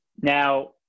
Now